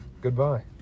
Goodbye